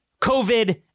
COVID